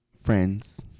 Friends